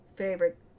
Favorite